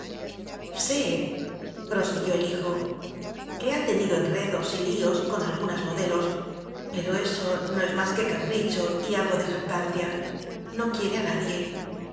palideció séprosiguió el hijoque ha tenido enredos y líos con algunas modelos pero eso no es más que capricho y algo de jactancia no quiere a nadie